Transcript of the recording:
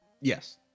Yes